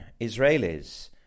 Israelis